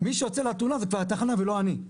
מי שיוצא לתאונה זה כבר מהתחנה ולא אני.